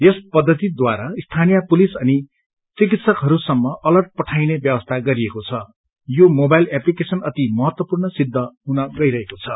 यस पद्धतिद्वारा स्थानिय पुलिस अनि चिकित्सकहरूसम्म अलर्ट पठाइने ब्यवस्था गरिएको छं यो मोबाइल एप्लीकेशन अति महत्त्वपूर्ण सिद्ध हुन गइरहेको छ